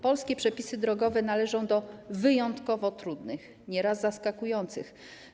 Polskie przepisy drogowe należą do wyjątkowo trudnych, nieraz zaskakujących.